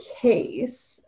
case